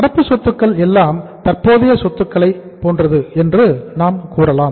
நடப்பு சொத்துக்கள் எல்லாம் தற்போதைய சொத்துக்களை போன்றது என்று நாம் கூறலாம்